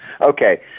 Okay